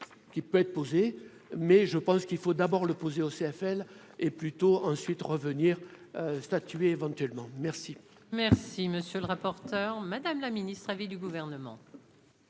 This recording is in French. qui peut être posée mais je pense qu'il faut d'abord le poser au CFL est plutôt ensuite revenir statuer éventuellement merci. Merci, monsieur le rapporteur, madame la ministre, avis du gouvernement.